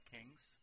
Kings